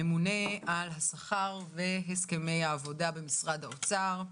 הממונה על השכר והסכמי העבודה במשרד האוצר.